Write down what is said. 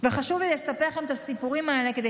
וחשוב לי לספר לכם את הסיפורים האלה כדי